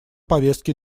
повестки